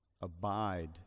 abide